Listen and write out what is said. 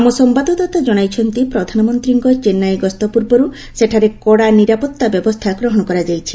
ଆମ ସମ୍ଭାଦଦାତା କଣାଇଛନ୍ତି ପ୍ରଧାନମନ୍ତ୍ରୀଙ୍କ ଚେନ୍ନାଇ ଗସ୍ତ ପୂର୍ବରୁ ସେଠାରେ କଡ଼ା ନିରାପତ୍ତା ବ୍ୟବସ୍ଥା ଗ୍ରହଣ କରାଯାଇଛି